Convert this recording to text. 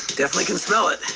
definitely can smell it.